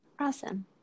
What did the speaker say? awesome